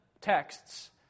texts